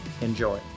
enjoy